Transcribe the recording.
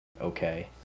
okay